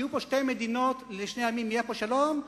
שכשיהיו פה שתי מדינות לשני עמים יהיה פה שלום,